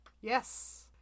yes